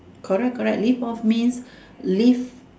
correct correct live off means live